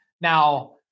Now